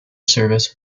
service